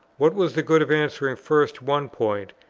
what was the good of answering first one point,